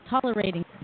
tolerating